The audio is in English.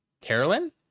Carolyn